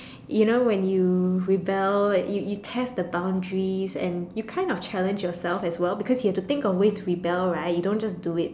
you know when you rebel you you test the boundaries and you kind of challenge yourself as well because you have to think of ways to rebel right you don't just do it